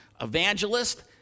evangelist